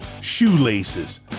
shoelaces